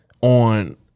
on